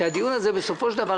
שהדיון הזה בסופו של דבר,